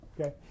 Okay